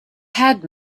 had